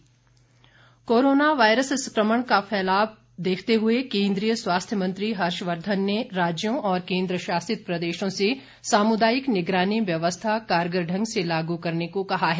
Harshvardhan corona virus संक्रमण का फैलाव देखते हुए केन्द्रीय स्वास्थ्य मंत्री हर्षवर्धन ने राज्यों और केन्द्रशासित प्रदेशों से सामुदायिक निगरानी व्यवस्था कारगर ढंग से लागू करने को कहा है